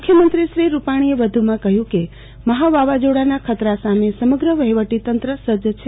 મુખ્યમંત્રીક્રી રૂપાણીએ વધુ માં કહ્યુ કે મહા વાવાઝોડાના ખતરા સામે સમગ્ર વહીવટી તંત્ર સજ્જ છે